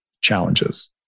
challenges